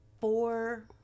four